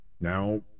Now